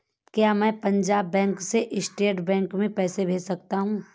क्या मैं पंजाब बैंक से स्टेट बैंक में पैसे भेज सकता हूँ?